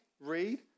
read